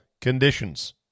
conditions